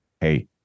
hey